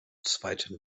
zweiten